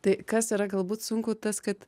tai kas yra galbūt sunku tas kad